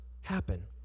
happen